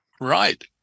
Right